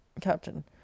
Captain